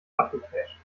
abgecasht